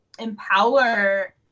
empower